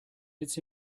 it’s